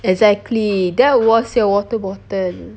exactly that was your water bottle